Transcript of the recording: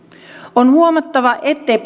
on huomattava ettei